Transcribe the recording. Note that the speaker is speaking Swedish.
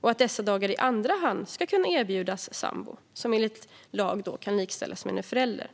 och att dessa dagar i andra hand ska kunna erbjudas sambo som enligt lag då kan likställas med en förälder.